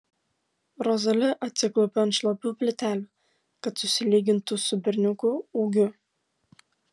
rozali atsiklaupia ant šlapių plytelių kad susilygintų su berniuku ūgiu